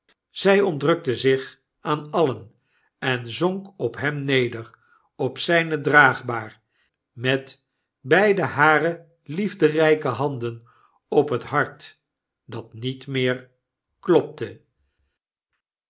zij ontrukten zicb aan alien en zonk op hem neder op zjjne draagbaar met beide hareliefderjjke handen op het hart dat niet meerklopte